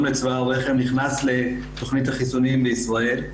לצוואר הרחם נכנס לתוכנית החיסונים בישראל,